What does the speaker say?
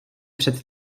před